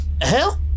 Hell